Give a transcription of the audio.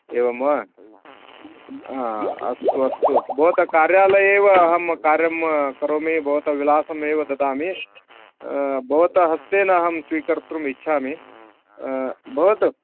एवं वा हा अस्तु अस्तु भवतः कार्यालये एव अहं कार्यं करोमि भवतः विलासम् एव ददामि भवतः हस्तेन अहं स्वीकर्तुम् इच्छामि भवतु